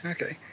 Okay